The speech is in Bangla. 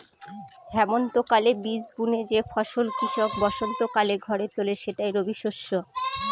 হেমন্তকালে বীজ বুনে যে ফসল কৃষক বসন্তকালে ঘরে তোলে সেটাই রবিশস্য